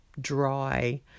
dry